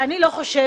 שאני לא חושבת